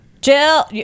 Jill